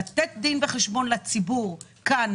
לתת דין חשבון לציבור כאן,